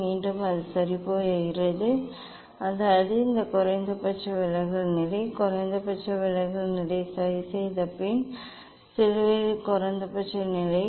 மீண்டும் அது சரி போகிறது அதாவது இது குறைந்தபட்ச விலகல் நிலை இது குறைந்தபட்ச விலகல் நிலை சரி இது சிலுவையில் குறைந்தபட்ச விலகல் நிலை